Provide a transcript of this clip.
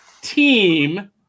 team